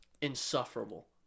insufferable